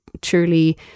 truly